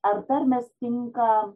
ar tarmės tinka